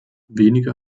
wenige